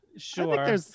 Sure